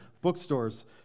bookstores